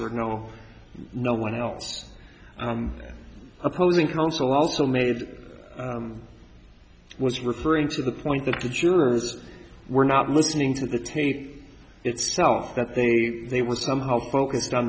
were no no one else opposing counsel also made was referring to the point that the jurors were not listening to the tape itself that they they were somehow focused on